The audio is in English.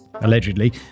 Allegedly